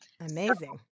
Amazing